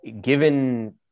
given